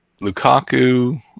Lukaku